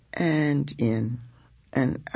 and in and